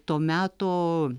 to meto